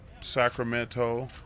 Sacramento